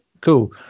Cool